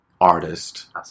artist